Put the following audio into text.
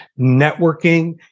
networking